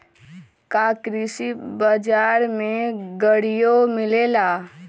का कृषि बजार में गड़ियो मिलेला?